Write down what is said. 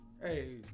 Hey